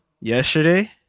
yesterday